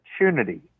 opportunity